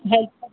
health